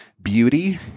beauty